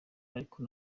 ariko